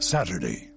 Saturday